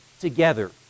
together